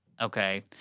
okay